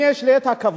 יש לי הכבוד